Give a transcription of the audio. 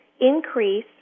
increase